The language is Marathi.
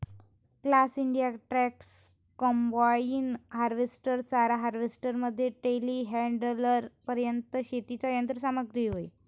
class India tractors, combine harvester, चारा हार्वेस्टर मध्ये टेलीहँडलरपर्यंत शेतीची यंत्र सामग्री होय